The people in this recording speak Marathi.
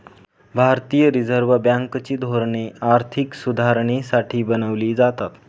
भारतीय रिझर्व बँक ची धोरणे आर्थिक सुधारणेसाठी बनवली जातात